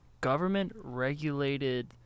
government-regulated